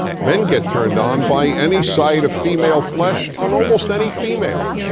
men get turned on by any sight of female flesh on almost any female.